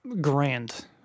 grand